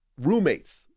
roommates